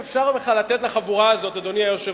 איך בכלל אפשר לתת לחבורה הזאת גיבוי,